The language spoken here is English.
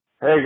Hey